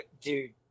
dude